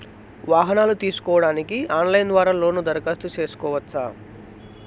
వాహనాలు తీసుకోడానికి ఆన్లైన్ ద్వారా లోను దరఖాస్తు సేసుకోవచ్చా?